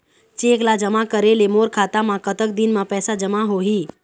Cheque ला जमा करे ले मोर खाता मा कतक दिन मा पैसा जमा होही?